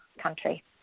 country